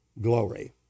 glory